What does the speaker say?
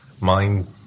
mind